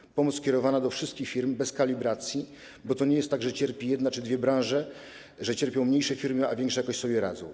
Pomoc powinna być skierowana do wszystkich firm bez kalibracji, bo to nie jest tak, że cierpią jedna czy dwie branże, cierpią mniejsze firmy, a większe jakoś sobie radzą.